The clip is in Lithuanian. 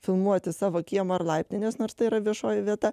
filmuoti savo kiemo ar laiptinės nors tai yra viešoji vieta